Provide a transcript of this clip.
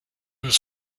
was